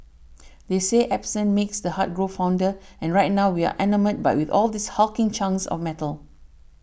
they say absence makes the heart grow fonder and right now we are enamoured but with all these hulking chunks of metal